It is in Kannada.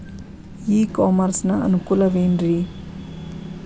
ಇ ಕಾಮರ್ಸ್ ನ ಅನುಕೂಲವೇನ್ರೇ?